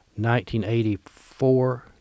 1984